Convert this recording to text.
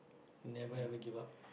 never ever give up